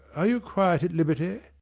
are you quite at liberty?